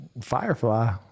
Firefly